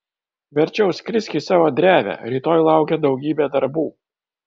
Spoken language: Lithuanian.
verčiau skrisk į savo drevę rytoj laukia daugybė darbų